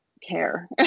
care